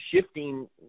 shifting